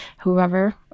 whoever